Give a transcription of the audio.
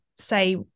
Say